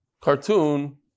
cartoon